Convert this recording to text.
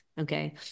Okay